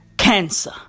Cancer